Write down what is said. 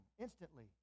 instantly